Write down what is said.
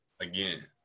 Again